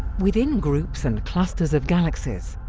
within groups and clusters of galaxies,